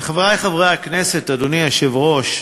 חברי חברי הכנסת, אדוני היושב-ראש,